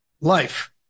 life